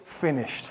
finished